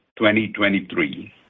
2023